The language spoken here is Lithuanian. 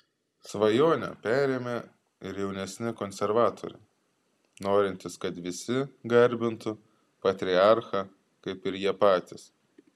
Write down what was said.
svajonę perėmė ir jaunesni konservatoriai norintys kad visi garbintų patriarchą kaip ir jie patys